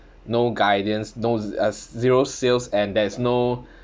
no guidance those as zero sales and there's no